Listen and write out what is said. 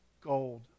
gold